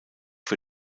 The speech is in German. für